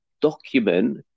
document